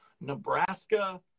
Nebraska